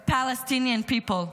the Palestinian people,